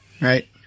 right